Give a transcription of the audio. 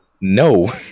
No